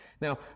Now